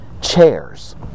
chairs